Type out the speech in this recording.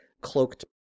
cloaked